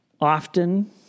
often